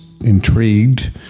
intrigued